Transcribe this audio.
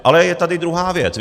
Ale je tady druhá věc.